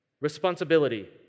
responsibility